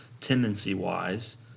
tendency-wise